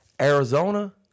Arizona